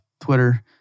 Twitter